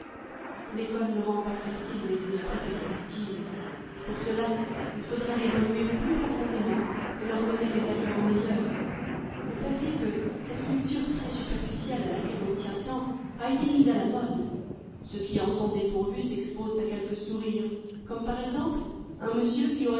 l'ecole ne rend pas fertiles les esprits qu'elle cultive pour cela il faudrait les remuer plus profondément et leur donner des aliments meilleurs le fait est que cette culture très superficielle à laquelle on tient tant a été mise à la mode ceux qui en sont dépourvus s'exposent à quelques sourires comme par exemple un monsieur qui aurait